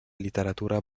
literatura